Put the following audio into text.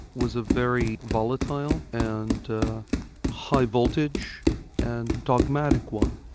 was a very volatile and high-voltage and dogmatic one.